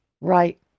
Right